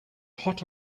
hot